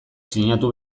sinatu